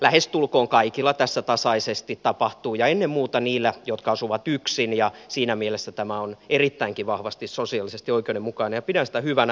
lähestulkoon kaikilla tässä tasaisesti tapahtuu ja ennen muuta niillä jotka asuvat yksin ja siinä mielessä tämä on erittäinkin vahvasti sosiaalisesti oikeudenmukainen ja pidän sitä hyvänä